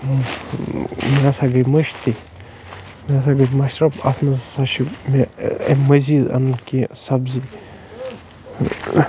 مےٚ ہسا گٔے مٔشتٕے مےٚ ہَسا گٔے مَشرف اَتھ منٛز ہسا چھِ مےٚ اَمہِ مٔزیٖد اَنن کیٚنٛہہ سبزی